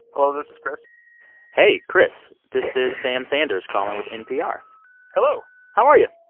hello, this is chris hey, chris. this is sam sanders calling with npr hello how are you?